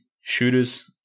shooters